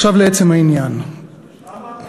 עכשיו, לעצם העניין, למה אתה